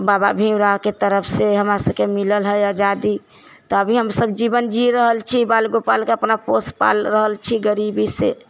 बाबा भीम रावके तरफसँ हमरा सबके मिलल है आजादी तऽ अभी हमसब जीवन जी रहल छी बाल गोपालके अपना पोष पाल रहल छी गरीबीसँ